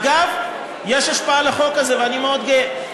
אגב, יש השפעה לחוק הזה, ואני מאוד גאה.